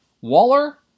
Waller